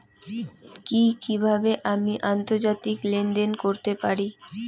কি কিভাবে আমি আন্তর্জাতিক লেনদেন করতে পারি?